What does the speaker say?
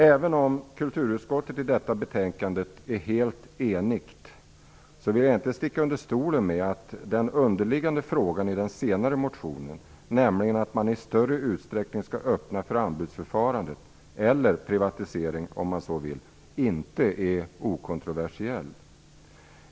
Även om kulturutskottet i detta betänkande är helt enigt vill jag inte sticka under stol med att den underliggande frågan i den senare motionen, nämligen att man i större utsträckning skall öppna för anbudsförfarande - eller privatisering, och man så vill - inte är okontroversiell.